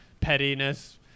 pettiness